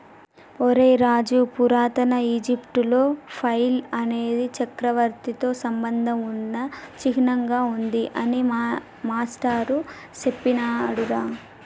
ఒరై రాజు పురాతన ఈజిప్టులో ఫైల్ అనేది చక్రవర్తితో సంబంధం ఉన్న చిహ్నంగా ఉంది అని మా మాష్టారు సెప్పినాడురా